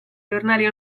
giornali